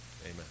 Amen